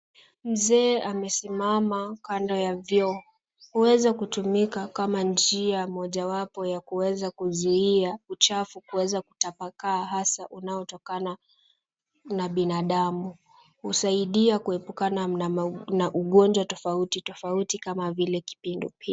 Mzee amesimama kando ya vyoo. Huweza kutumika kama njia mojawapo ya kuweza kuzuia uchafu kuweza kutapakaa hasa unaotokana na binadamu. Husaidia kuepukana na ugonjwa tofauti tofauti kama vile kipindupindu.